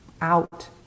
out